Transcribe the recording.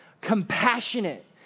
compassionate